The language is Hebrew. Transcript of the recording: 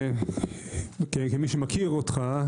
כמי שמכיר אותך,